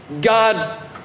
God